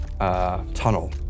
Tunnel